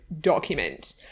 document